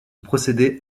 procédé